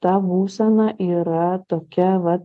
ta būsena yra tokia vat